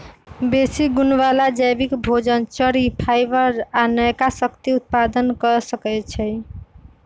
बेशी गुण बला जैबिक भोजन, चरि, फाइबर आ नयका शक्ति उत्पादन क सकै छइ